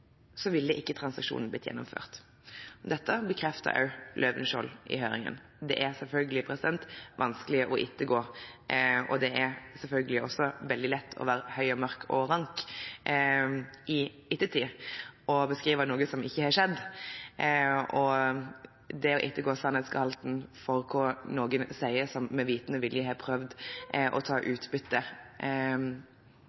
ville ikke transaksjonen blitt gjennomført.» Dette bekreftet også Løvenskiold i høringen. Det er selvfølgelig vanskelig å ettergå, og det er selvfølgelig også veldig lett å være høy og mørk og rank i ettertid og beskrive noe som ikke har skjedd. Det å ettergå sannhetsgehalten for hva noen sier som med vitende og vilje har prøvd å ta